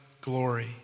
glory